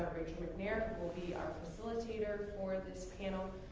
rachel macnair, who will be our facilitator for this panel.